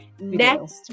Next